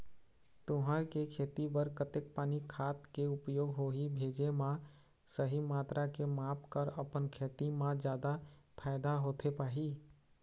तुंहर के खेती बर कतेक पानी खाद के उपयोग होही भेजे मा सही मात्रा के माप कर अपन खेती मा जादा फायदा होथे पाही?